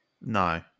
No